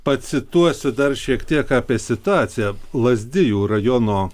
pacituosiu dar šiek tiek apie situaciją lazdijų rajono